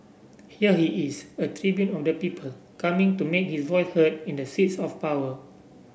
here he is a tribune of the people coming to make his voice heard in the seats of power